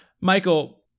Michael